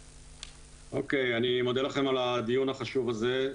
אני מודה לכם על הדיון החשוב הזה,